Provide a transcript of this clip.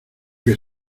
que